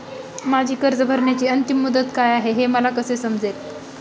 माझी कर्ज भरण्याची अंतिम मुदत काय, हे मला कसे समजेल?